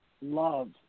love